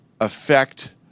affect